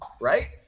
right